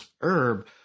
herb